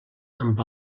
amb